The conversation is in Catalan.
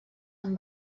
amb